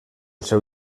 seu